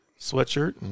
sweatshirt